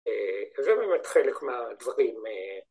‫זה באמת חלק מהדברים...